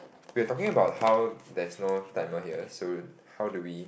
we are talking about how there's no timer here so how do we